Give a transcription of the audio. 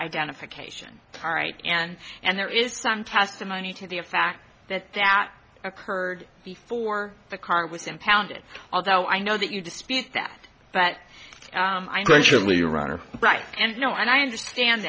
identification all right and and there is some testimony to the a fact that that occurred before the car was impounded although i know that you dispute that but i know you're right and you know and i understand